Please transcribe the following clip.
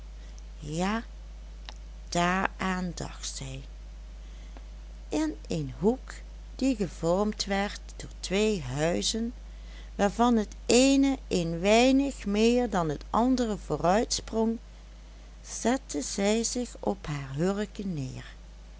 ja daaraan dacht zij in een hoek die gevormd werd door twee huizen waarvan het eene een weinig meer dan het andere vooruitsprong zette zij zich op haar hurken neer